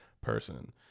person